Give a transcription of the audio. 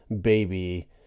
baby